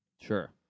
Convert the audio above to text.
Sure